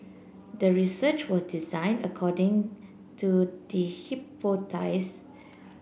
the research was designed according to the